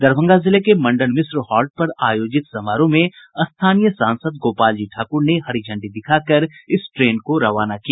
दरभंगा जिले के मंडन मिश्र हॉल्ट पर आयोजित समारोह में स्थानीय सांसद गोपाल जी ठाकुर ने हरी झंडी दिखाकर इस ट्रेन को रवाना किया